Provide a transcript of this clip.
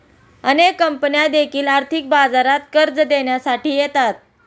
अनेक कंपन्या देखील आर्थिक बाजारात कर्ज देण्यासाठी येतात